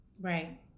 Right